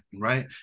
right